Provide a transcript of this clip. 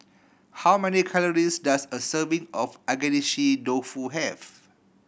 how many calories does a serving of Agedashi Dofu have